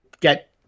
get